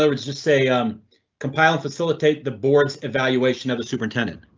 i would just say um compiling facilitate the board's evaluation of the superintendent.